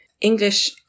English